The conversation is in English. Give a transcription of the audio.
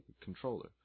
controller